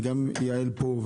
וגם יעל פה,